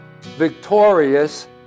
victorious